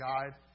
guide